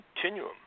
continuum